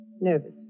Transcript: Nervous